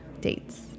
Dates